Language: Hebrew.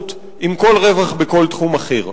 תחרות עם כל רווח בכל תחום אחר,